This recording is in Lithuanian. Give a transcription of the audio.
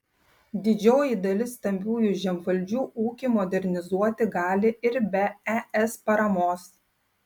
didžioji dalis stambiųjų žemvaldžių ūkį modernizuoti gali ir be es paramos